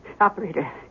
Operator